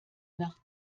nach